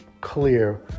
clear